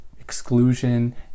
exclusion